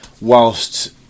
whilst